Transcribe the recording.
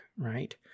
right